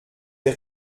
der